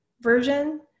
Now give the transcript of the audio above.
version